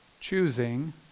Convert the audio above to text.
choosing